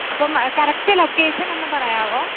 അപ്പം correct location ഒന്ന് പറയാമോ